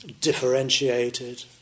differentiated